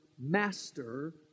master